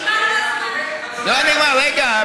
נא להירגע.